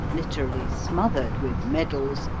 literally smothered with medals,